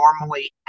normally